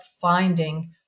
finding